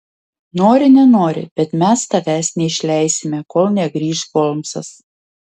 nori nenori bet mes tavęs neišleisime kol negrįš holmsas